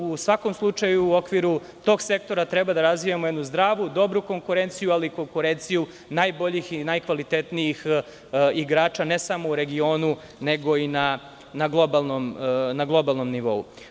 U svakom slučaju, u okviru tog sektora treba da razvijamo jednu zdravu, dobru konkurenciju, ali i konkurenciju najboljih i najkvalitetnijih igrača, ne samo u regionu, nego i na globalnom nivou.